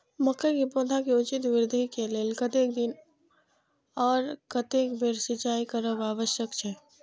मके के पौधा के उचित वृद्धि के लेल कतेक दिन आर कतेक बेर सिंचाई करब आवश्यक छे?